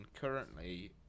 currently